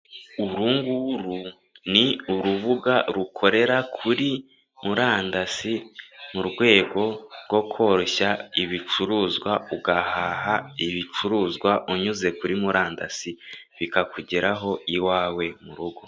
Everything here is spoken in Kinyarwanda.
Urunguru ni urubuga rukorera kuri murandasi, mu rwego rwo koroshya ibicuruzwa, ugahaha ibicuruzwa, unyuze kuri murandasi, bikakugeraho iwawe mu rugo.